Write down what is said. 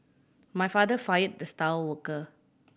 my father fired the star worker